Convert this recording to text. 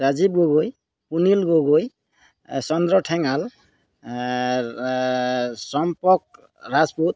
Rajiv Gogoi Punil Gogoi Chandra Thengal Champak Rajput